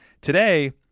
today